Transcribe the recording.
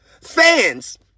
Fans